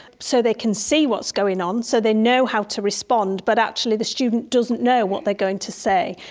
so they can see what's going on, so they know how to respond, but actually the student doesn't know what they are going to say.